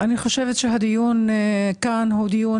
אני חושבת שהדיון כאן הוא דיון,